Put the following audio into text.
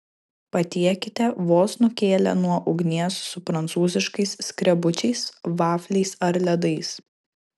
patiekite vos nukėlę nuo ugnies su prancūziškais skrebučiais vafliais ar ledais